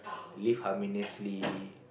live harmoniously